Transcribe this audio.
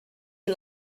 you